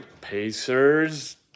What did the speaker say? Pacers